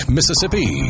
Mississippi